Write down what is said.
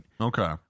Okay